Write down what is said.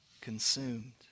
consumed